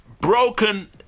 Broken